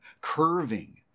curving